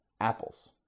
apples